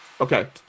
okay